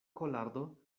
kolardo